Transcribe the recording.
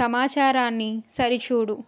సమాచారాన్ని సరిచూడుము